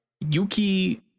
Yuki